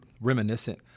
reminiscent